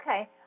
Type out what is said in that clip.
okay